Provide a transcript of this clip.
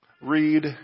Read